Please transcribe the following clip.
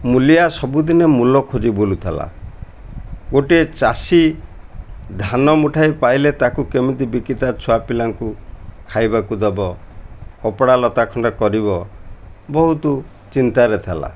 ମୁଲିଆ ସବୁଦିନେ ମୂଲ ଖୋଜି ବୁଲୁଥିଲା ଗୋଟିଏ ଚାଷୀ ଧାନ ମୁଠାଇ ପାଇଲେ ତାକୁ କେମିତି ବିକି ତା ଛୁଆପିଲାଙ୍କୁ ଖାଇବାକୁ ଦବ କପଡ଼ା ଲତା ଖଣ୍ଡ କରିବ ବହୁତ ଚିନ୍ତାରେ ଥିଲା